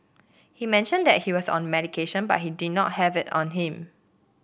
he mentioned that he was on medication but he did not have it on him